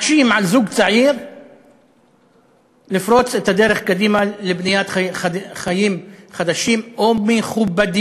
ומקשים על זוג צעיר לפרוץ את הדרך קדימה לבניית חיים חדשים ומכובדים.